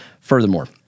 furthermore